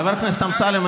חבר הכנסת אמסלם,